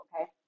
okay